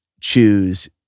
choose